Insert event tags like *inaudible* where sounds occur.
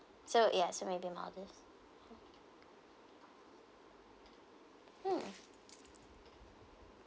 so ya so maybe maldives *noise* mm